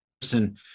person